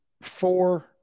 four